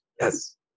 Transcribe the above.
Yes